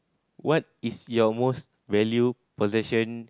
what is your most valued possession